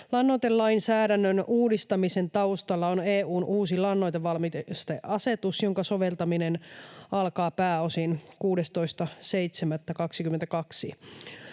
Lannoitelainsäädännön uudistamisen taustalla on EU:n uusi lannoitevalmisteasetus, jonka soveltaminen alkaa pääosin 16.7.22.